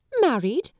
Married